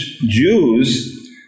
Jews